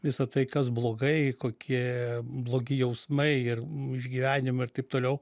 visą tai kas blogai kokie blogi jausmai ir išgyvenimai ir taip toliau